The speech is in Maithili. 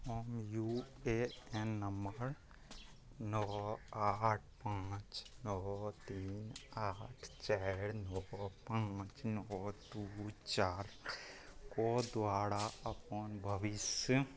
हम यू ए एन नम्बर नओ आठ पाँच नओ तीन आठ चारि नओ पाँच नओ दुइ चारिके द्वारा अपन भविष्य